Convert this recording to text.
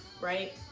right